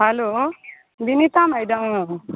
hello Vinita madam